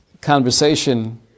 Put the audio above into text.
conversation